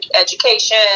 education